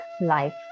life